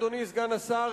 אדוני סגן השר,